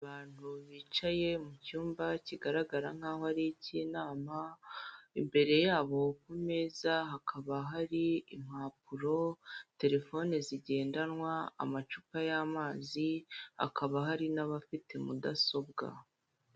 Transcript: Abantu bicaye mu cyumba kigaragara nk'aho ari ik'inama, imbere yabo ku meza hakaba hari impapuro, terefone zigendanwa, amacupa y'amazi hakaba hari n'abafite mudasobwa.